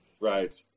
right